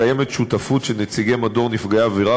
קיימת שותפות של נציגי מדור נפגעי עבירה